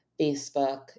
Facebook